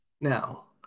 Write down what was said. now